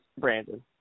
Brandon